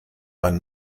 man